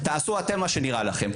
תעשו אתם מה שנראה לכם.